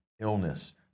illness